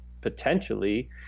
Potentially